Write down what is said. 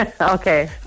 okay